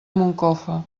moncofa